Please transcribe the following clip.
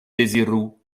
deziru